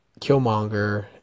Killmonger